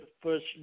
first